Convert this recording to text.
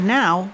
now